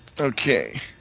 Okay